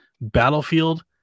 Battlefield